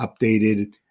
updated